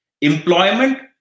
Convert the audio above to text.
employment